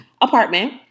apartment